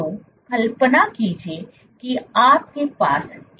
तो कल्पना कीजिए कि आपके पास एक सेल है